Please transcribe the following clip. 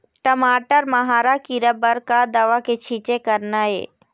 टमाटर म हरा किरा बर का दवा के छींचे करना ये?